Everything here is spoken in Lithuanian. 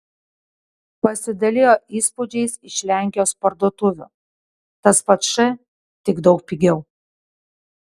pasidalijo įspūdžiais iš lenkijos parduotuvių tas pats š tik daug pigiau